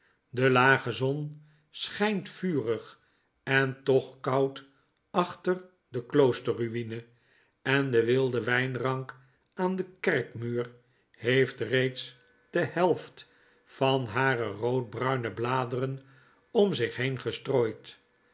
de lage zon schynt vurig en toch koud achter de klooster ruine en de wilde wynrank aan den kerkmuur heeft reeds de helft van hare roodbruine bladeren om zich heen gestrooid